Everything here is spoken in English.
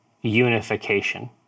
unification